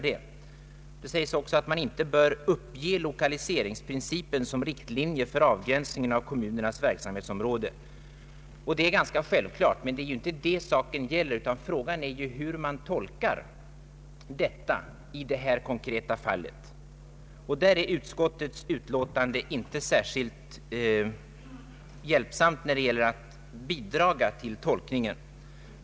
Det sägs också att man inte bör uppge lokaliseringsprincipen som riktlinje för avgränsningen av kommunernas verksamhetsområde. Det är ganska självklart, men det är inte detta som saken gäller. Frågan är ju hur man tolkar lagen i detta konkreta fall, och där är utskottets utlåtande inte till någon hjälp.